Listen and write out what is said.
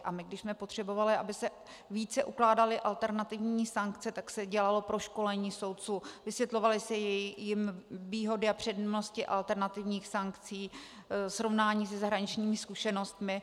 A my, když jsme potřebovali, aby se více ukládaly alternativní sankce, tak se dělalo proškolení soudců, vysvětlovaly se jim výhody a přednosti alternativních sankcí, srovnání se zahraničními zkušenostmi.